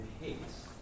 hates